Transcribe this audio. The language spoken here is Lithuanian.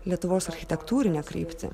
lietuvos architektūrinę kryptį